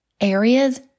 areas